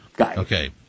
Okay